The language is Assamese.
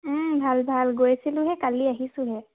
ভাল ভাল গৈছিলোঁ হে কালি আহিছোঁ হে